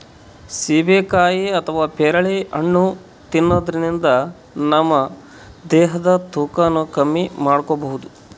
ಸೀಬೆಕಾಯಿ ಅಥವಾ ಪೇರಳೆ ಹಣ್ಣ್ ತಿನ್ನದ್ರಿನ್ದ ನಮ್ ದೇಹದ್ದ್ ತೂಕಾನು ಕಮ್ಮಿ ಮಾಡ್ಕೊಬಹುದ್